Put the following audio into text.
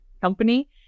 company